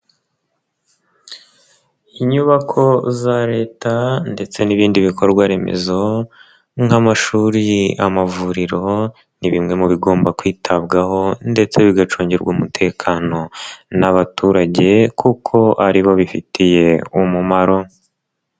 Inyubako za Leta ndetse n'ibindi bikorwa remezo nk'amashuri, amavuriro ni bimwe mu bigomba kwitabwaho ndetse bigacungirwa umutekano n'abaturage kuko aribo bifitiye umumaro.